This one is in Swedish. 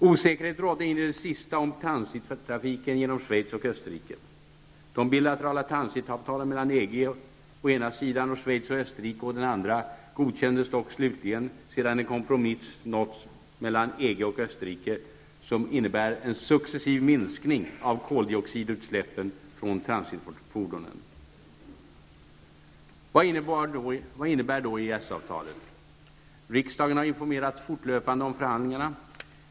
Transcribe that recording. Osäkerhet rådde in i det sista om transittrafiken genom Schweiz och Österrike. De bilaterala transitavtalen mellan EG å ena sidan och Schweiz och Österrike å den andra godkändes dock slutligen sedan en kompromiss uppnåtts mellan EG och Österrike som innebär en successiv minskning av koldioxidutsläppen från transitfordonen. Vad innebär då EES-avtalet? Riksdagen har informerats fortlöpande om förhandlingarna.